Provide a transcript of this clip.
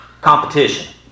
Competition